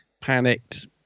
panicked